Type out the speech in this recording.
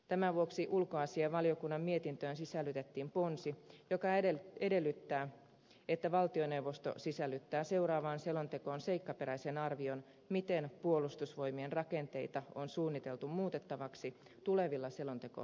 tämän vuoksi ulkoasiainvaliokunnan mietintöön sisällytettiin ponsi joka edellyttää että valtioneuvosto sisällyttää seuraavaan selontekoon seikkaperäisen arvion miten puolustusvoimien rakenteita on suunniteltu muutettavaksi tulevilla selontekokausilla